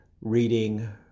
reading